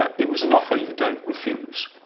ah it was an offer you don't refuse.